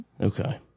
Okay